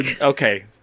Okay